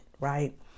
right